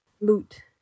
loot